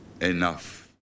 enough